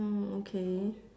mm okay